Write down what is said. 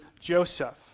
Joseph